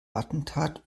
attentat